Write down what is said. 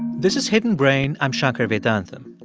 this is hidden brain. i'm shankar vedantam.